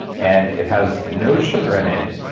and it has no sugar in it.